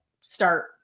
start